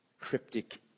cryptic